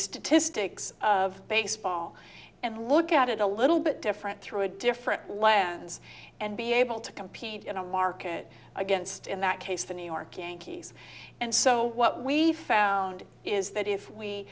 statistics of baseball and look at it a little bit different through a different lens and be able to compete in a market against in that case the new york yankees and so what we've found is that if we